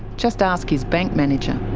just ask his bank manager.